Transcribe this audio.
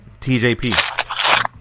TJP